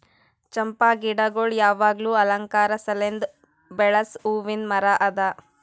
ಚಂಪಾ ಗಿಡಗೊಳ್ ಯಾವಾಗ್ಲೂ ಅಲಂಕಾರ ಸಲೆಂದ್ ಬೆಳಸ್ ಹೂವಿಂದ್ ಮರ ಅದಾ